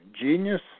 genius